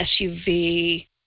SUV